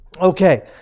Okay